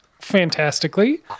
fantastically